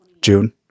june